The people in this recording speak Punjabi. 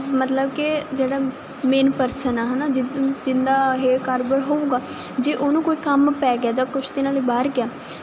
ਮਤਲਬ ਕਿ ਜਿਹੜਾ ਮੇਨ ਪਰਸਨ ਆ ਹਨਾ ਜਿੰਦਾ ਇਹ ਕਾਰਬਨ ਹੋਊਗਾ ਜੇ ਉਹਨੂੰ ਕੋਈ ਕੰਮ ਪੈ ਗਿਆ ਜਾਂ ਕੁਝ ਦਿਨਾਂ ਲਈ ਬਾਹਰ ਗਿਆ ਤੇ